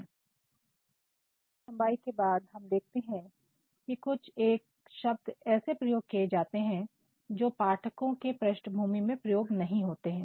आलेख की लंबाई के बाद हम देखते हैं कि कुछ एक शब्द ऐसे प्रयोग किए जाते हैं जो पाठकों के पृष्ठभूमि में प्रयोग नहीं होते हैं